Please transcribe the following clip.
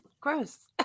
gross